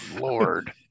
lord